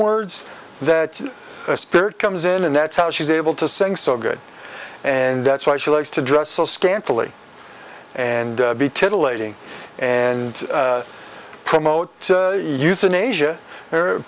words that spirit comes in and that's how she's able to sing so good and that's why she likes to dress so scantily and beetling and promote euthanasia